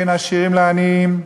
בין עשירים לעניים.